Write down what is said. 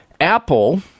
apple